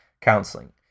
counseling